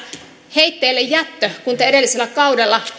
heitteillejättö kun te edellisellä kaudella